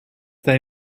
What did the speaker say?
they